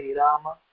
Rama